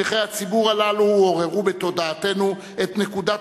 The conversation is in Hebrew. שליחי הציבור הללו עוררו בתודעתנו את נקודת